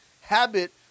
habit